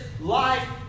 life